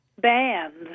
bands